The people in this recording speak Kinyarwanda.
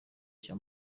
cya